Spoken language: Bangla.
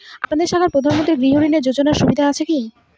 আপনাদের শাখায় প্রধানমন্ত্রী গৃহ ঋণ যোজনার সুবিধা আছে কি?